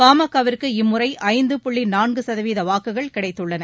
பாமகவிற்கு இம்முறை ஐந்து புள்ளி நான்கு சதவீத வாக்குகள் கிடைத்துள்ளன